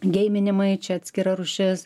geiminimai čia atskira rūšis